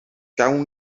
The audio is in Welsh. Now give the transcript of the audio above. gawn